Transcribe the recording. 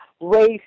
race